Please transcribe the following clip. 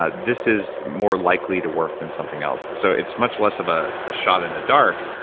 ah this is more likely to work than something else. so it's much less of a ah shot in the dark.